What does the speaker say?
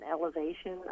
elevation